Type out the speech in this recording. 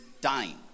dying